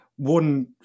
One